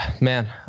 man